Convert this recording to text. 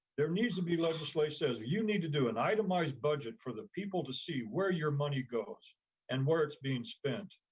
there needs to be legislation that says, you need to do an itemized budget for the people to see where your money goes and where it's being spent.